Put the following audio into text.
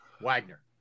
Wagner